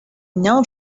know